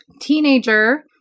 Teenager